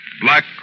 Black